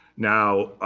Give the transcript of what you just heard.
now,